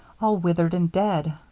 all withered and dead.